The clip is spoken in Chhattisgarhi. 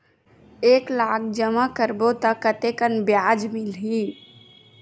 एक लाख जमा करबो त कतेकन ब्याज मिलही?